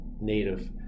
native